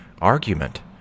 argument